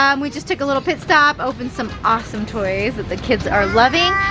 um we just took a little pit stop, opened some awesome toys that the kids are loving.